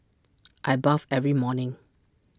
I bathe every morning